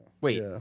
wait